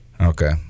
Okay